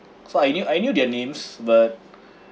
so I knew I knew their names but